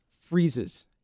freezes